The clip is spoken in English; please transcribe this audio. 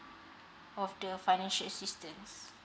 of the financial assistance